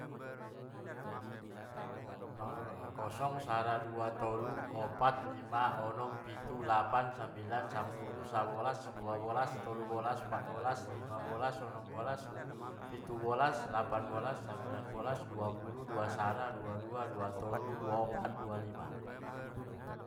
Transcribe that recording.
nol, kosong, sada, dua, tolu, opat, lima, onom, pitu, lapan, sambilan, sappuluh, sabolas, dua bolas, tolu bolas, opat bolas, lima bolas, onom bolas, pitu bolas, lapan bolas, sambilan bolas, dua puluh, dua sada, dua dua, dua tolu, dua opat, dua lima.